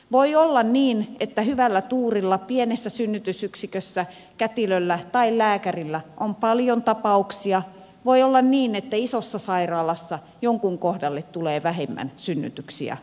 voi olla niin että hyvällä tuurilla pienessä synnytysyksikössä kätilöllä tai lääkärillä on paljon tapauksia voi olla niin että isossa sairaalassa jonkun kohdalle tulee vähemmän synnytyksiä vuodessa